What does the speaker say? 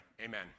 amen